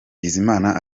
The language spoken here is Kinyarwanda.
bizimana